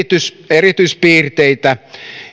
erityispiirteitä